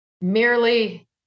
merely